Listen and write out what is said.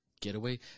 Getaway